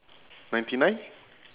ninety nine